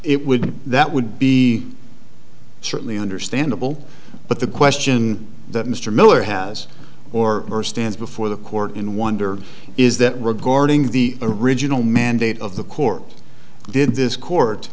it would that would be certainly understandable but the question that mr miller has or stands before the court in wonder is that regarding the original mandate of the court did this court